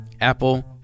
Apple